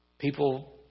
People